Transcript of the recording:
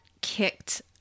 kicked